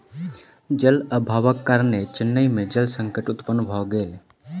जल अभावक कारणेँ चेन्नई में जल संकट उत्पन्न भ गेल